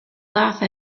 laugh